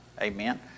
Amen